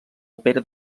opera